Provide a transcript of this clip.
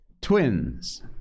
Twins